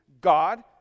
God